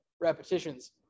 repetitions